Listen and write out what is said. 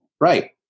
Right